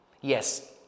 Yes